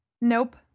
Nope